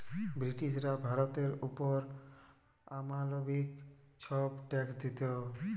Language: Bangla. ব্রিটিশরা ভারতের অপর অমালবিক ছব ট্যাক্স দিত